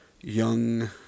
young